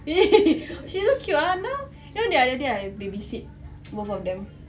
she so cute ah now you know the other day I baby sit both of them